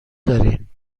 دارین